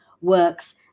works